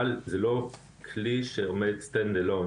אבל זה לא כלי שעומד לבדו.